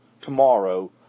tomorrow